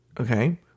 Okay